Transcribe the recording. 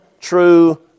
true